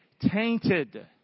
Tainted